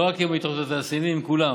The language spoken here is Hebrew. לא רק עם התאחדות התעשיינים, עם כולם,